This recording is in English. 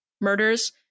murders